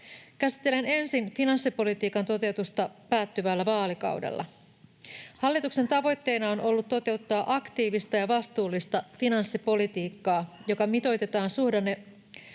Käsittelen ensin finanssipolitiikan toteutusta päättyvällä vaalikaudella: Hallituksen tavoitteena on ollut toteuttaa aktiivista ja vastuullista finanssipolitiikkaa, joka mitoitetaan